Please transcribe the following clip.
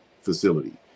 facility